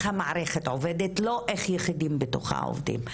המערכת עובדת ולא איך יחידים בתוכה עובדים.